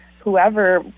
whoever